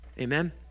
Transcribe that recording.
Amen